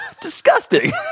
Disgusting